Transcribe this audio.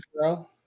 Girl